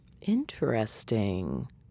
Interesting